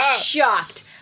shocked